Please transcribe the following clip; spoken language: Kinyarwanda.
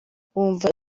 wumva